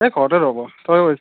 এই ঘৰতে ৰ'ব তই